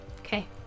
Okay